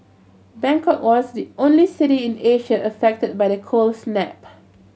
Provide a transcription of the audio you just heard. Bangkok was not the only city in Asia affected by the cold snap